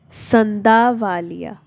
Sandhawalia